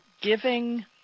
giving